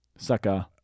Sucker